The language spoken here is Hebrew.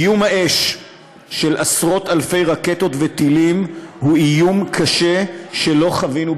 איום האש של עשרות אלפי רקטות וטילים הוא איום קשה שלא חווינו בעבר.